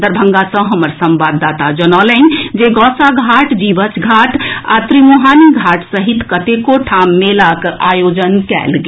दरभंगा सँ हमर संवाददाता जनौलनि जे गौसा घाट जीवछ घाट आ त्रिमुहानी घाट सहित कतेको ठाम मेलाक आयोजन कयल गेल